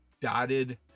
dotted